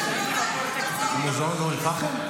המוזיאון באום אל-פחם?